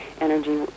energy